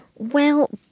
well,